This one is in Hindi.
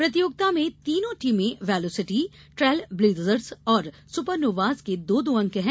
प्रतियोगिता में तीनों टीमें वेलोसिटी ट्रेलब्लेजर्स और सुपरनोवाज के दो दो अंक है